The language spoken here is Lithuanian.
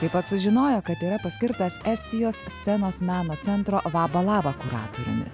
taip pat sužinojo kad yra paskirtas estijos scenos meno centro vaba lava kuratoriumi